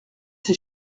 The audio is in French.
ces